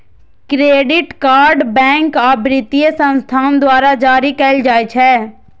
credit card bank आ वित्तीय संस्थान द्वारा जारी कैल जाइ छै